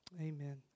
Amen